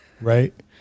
right